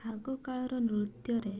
ଆଗକାଳର ନୃତ୍ୟରେ